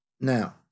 Now